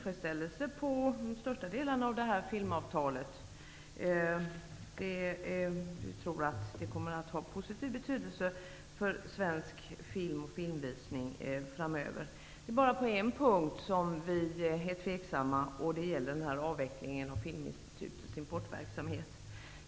Herr talman! Vi i Vänsterpartiet ser med tillfredsställelse på de största delarna av det här filmavtalet. Vi tror att det kommer att ha en positiv betydelse för svensk film och filmvisning framöver. Det är bara på en punkt som vi är tveksamma. Det gäller avvecklingen av Filminstitutets importverksamhet.